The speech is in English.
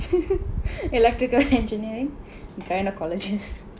electrical engineering gynaecologists